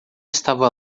estava